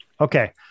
Okay